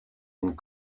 and